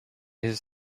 his